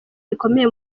rikomeye